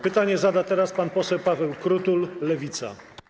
Pytanie zada teraz pan poseł Paweł Krutul, Lewica.